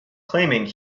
claiming